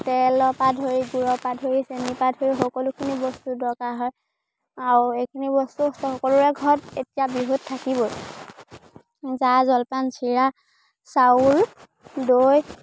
তেলৰপৰা ধৰি গুড়ৰপৰা ধৰি চেনিৰপৰা ধৰি সকলোখিনি বস্তু দৰকাৰ হয় আৰু এইখিনি বস্তু সকলোৰে ঘৰত এতিয়া বিহুত থাকিবই জা জলপান চিৰা চাউল দৈ